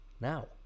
Now